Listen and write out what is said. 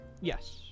Yes